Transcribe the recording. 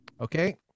Okay